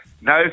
no